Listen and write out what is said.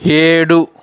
ఏడు